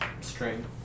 string